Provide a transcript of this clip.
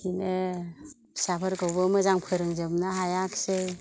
बिदिनो फिसाफोरखौबो मोजां फोरोंजोबनो हायासै